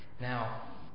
Now